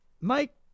Mike